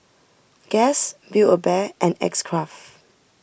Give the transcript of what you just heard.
Guess Build A Bear and X Craft